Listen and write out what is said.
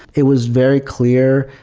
it was very clear,